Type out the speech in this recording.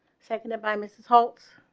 second, by missus holtz